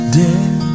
dead